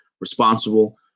responsible